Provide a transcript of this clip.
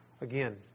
again